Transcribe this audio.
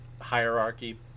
hierarchy